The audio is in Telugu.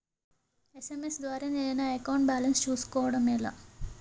ఎస్.ఎం.ఎస్ ద్వారా నేను నా అకౌంట్ బాలన్స్ చూసుకోవడం ఎలా?